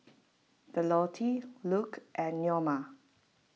Violette Luke and Neoma